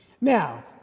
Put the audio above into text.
Now